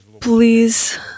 please